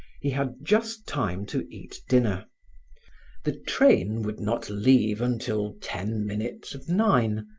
he had just time to eat dinner the train would not leave until ten minutes of nine,